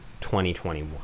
2021